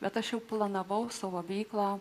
bet aš jau planavau savo veiklą